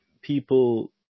people